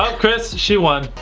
um chris she won.